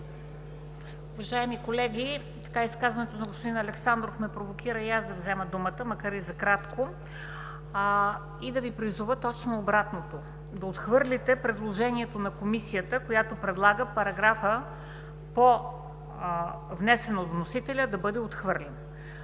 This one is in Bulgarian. Уважаеми колеги, изказването на господин Александров ме провокира и аз да взема думата, макар и за кратко, и да Ви призова точно за обратното: да отхвърлите предложението на Комисията, която предлага параграфът, внесен от вносителя, да бъде отхвърлен.